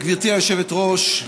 גברתי היושבת-ראש,